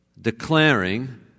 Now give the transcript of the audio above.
declaring